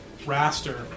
Raster